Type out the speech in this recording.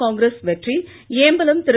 காங்கிரஸ் வெற்றி ஏம்பலம் திரு